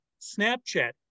Snapchat